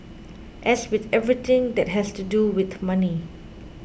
as with everything that has to do with money